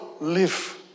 live